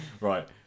Right